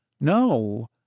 No